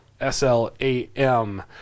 s-l-a-m